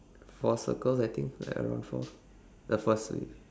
four circles I think like around four the first wheel